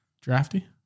Drafty